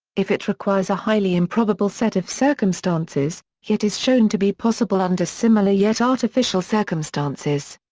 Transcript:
if it requires a highly improbable set of circumstances, yet is shown to be possible under similar yet artificial circumstances.